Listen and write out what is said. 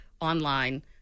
online